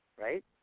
right